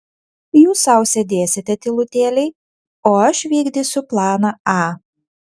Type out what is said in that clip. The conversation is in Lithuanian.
jūs sau sėdėsite tylutėliai o aš vykdysiu planą a